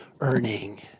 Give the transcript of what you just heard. earning